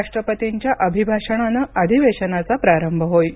राष्ट्रपतींच्या अभिभाषणानं अधिवेशनाचा प्रारंभ होईल